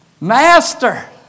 Master